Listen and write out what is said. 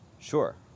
Sure